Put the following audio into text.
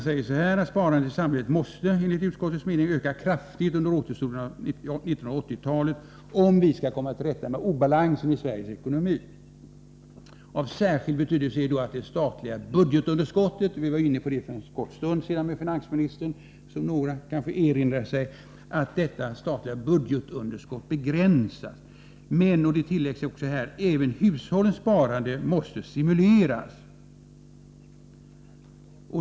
Sparandet i samhället måste enligt utskottets mening öka kraftigt under återstoden av 1980-talet, om vi skall komma till rätta med obalansen i ekonomin. Av särskild betydelse är att det statliga budgetunderskottet begränsas. Vi var inne på detta för en kort stund sedan med finansministern, som några kanske erinrar sig. Det är angeläget att även hushållssparandet stimuleras.